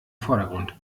vordergrund